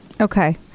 Okay